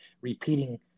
repeating